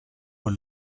por